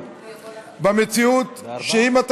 במציאות של היצוא,